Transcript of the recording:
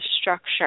structure